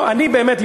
אני באמת,